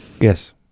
yes